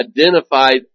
identified